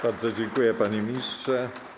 Bardzo dziękuję, panie ministrze.